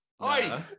Hi